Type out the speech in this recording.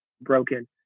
broken